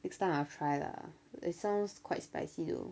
next time I'll try lah it sounds quite spicy though